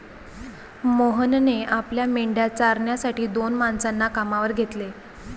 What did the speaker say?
मोहनने आपल्या मेंढ्या चारण्यासाठी दोन माणसांना कामावर घेतले